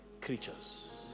creatures